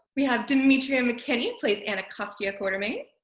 we have demetria mckinney who plays anacostia quartermaine.